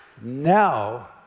now